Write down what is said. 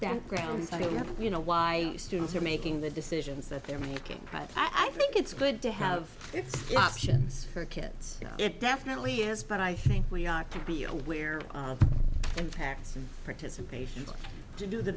where you know why students are making the decisions that they're making credit i think it's good to have its options for kids it definitely is but i think we ought to be aware of impacts and participation to do the